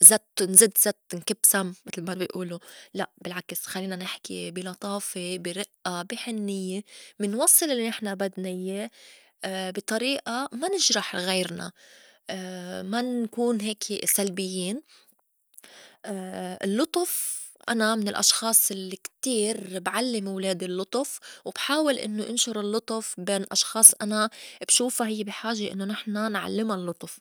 زت نزت زت نكب سم متل ما بي ئولو. لأ بالعكس خلّينا نحكي بي لطافة، بي رئّة، بي حنيّة، منوصّل للّي نحن بدنا ياه بي طريئة ما نجرح غيرنا، ما نكون هيكي سلبيّن. اللُّطف أنا من الأشخاص الّي كتير بعلّم ولادي اللُّطف وبحاول إنّو انشُر اللُّطف بين أشخاص أنا بشوفا هيّ بي حاجة إنّو نحن نعلّما اللُّطف.